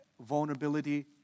vulnerability